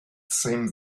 same